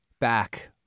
back